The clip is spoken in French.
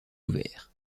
ouverts